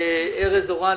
ארז אורעד,